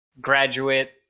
graduate